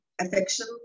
affection